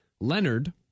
Leonard